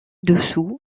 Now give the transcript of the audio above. dessous